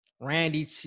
Randy